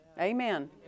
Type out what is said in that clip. Amen